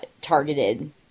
targeted